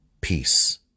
Peace